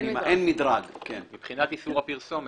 אין מדרג, מבחינת איסור הפרסומת.